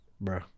Bro